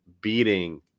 beating